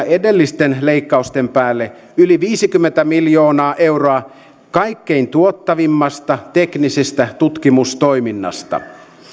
edellisten leikkausten päälle yli viisikymmentä miljoonaa euroa kaikkein tuottavimmasta teknisestä tutkimustoiminnasta